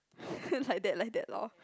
like that like that loh